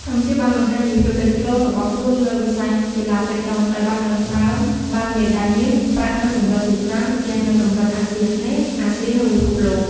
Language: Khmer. កម្ពុជាបានបង្ហាញពីភាពលេចធ្លោរបស់ខ្លួនលើវិស័យកីឡាប៉េតង់ ដោយបានដណ្ដើមបានមេដៃមាស ប្រាក់ និងសំរឹទ្ធជាច្រើនទាំងនៅកម្រិតអាស៊ីអាគ្នេយ៍ អាស៊ី និងពិភពលោក។